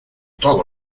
todos